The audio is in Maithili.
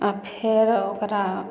आ फेर ओकरा